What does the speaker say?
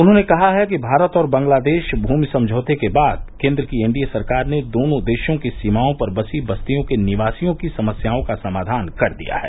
उन्होंने कहा है कि भारत और बांगलादेश भूमि समझौते के बाद केंद्र की एनडीए सरकार ने दोनों देशों की सीमाओं पर बसी बस्तियों के निवासियों की समस्याओं का समाधान कर दिया है